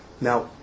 Now